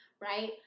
right